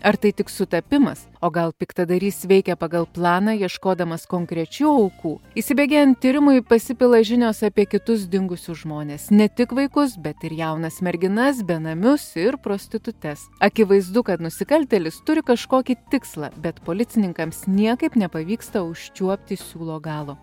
ar tai tik sutapimas o gal piktadarys veikė pagal planą ieškodamas konkrečių aukų įsibėgėjant tyrimui pasipila žinios apie kitus dingusius žmones ne tik vaikus bet ir jaunas merginas benamius ir prostitutes akivaizdu kad nusikaltėlis turi kažkokį tikslą bet policininkams niekaip nepavyksta užčiuopti siūlo galo